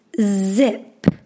zip